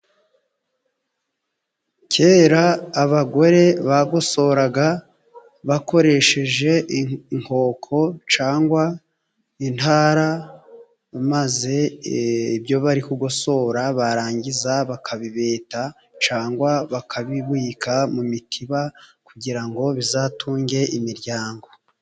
Kera abagore bagosoraga bakoresheje inkoko cyangwa intara, maze ibyo bari kugosora barangiza bakabibita cyangwa bakabibika mu mitiba kugira ngo bizatunge imiryango.